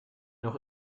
noch